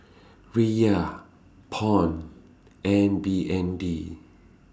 Riyal Pound and B N D